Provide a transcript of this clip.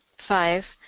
five,